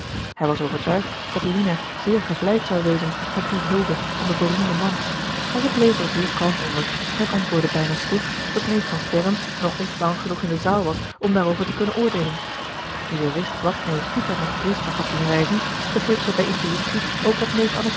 hij was overtuigd dat lina zeer gevleid zou wezen met die hulde van den beroemden man maar zij bleef er zeer kalm onder en antwoordde bijna stug dat neef van sterren nog niet lang genoeg in de zaal was om daarover te kunnen oordeelen nu zij wist wat neef pieter naar griesbach had doen reizen begreep zij bij intuitie ook wat neef